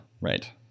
right